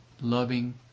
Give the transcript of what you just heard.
loving